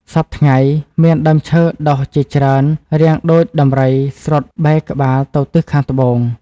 សព្វថ្ងៃ មានដើមឈើដុះជាច្រើនរាងដូចដំរីស្រុតបែរក្បាលទៅទិសខាងត្បូង ។